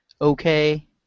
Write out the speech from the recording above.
okay